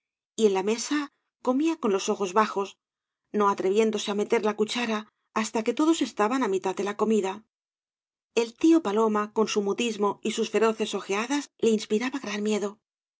y en la mesa comía con los ojos bajos no atreviéndoee á meter la cuchara hasta que todos estaban á mitad de la v blasoo ibáñhz comida el tío paloma coa su mutismo y sus feroces ojeadas le inspiraba gran miedo